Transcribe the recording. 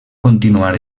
continuar